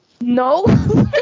No